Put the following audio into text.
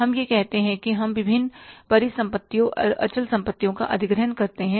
हम यह कहते हैं कि हम विभिन्न परिसंपत्तियों अचल संपत्तियों का अधिग्रहण करते हैं